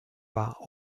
war